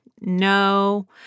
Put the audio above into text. no